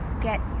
get